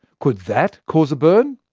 could that cause a burn?